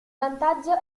vantaggio